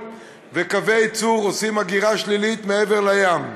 וקווי ייצור עושים הגירה שלילית אל מעבר לים.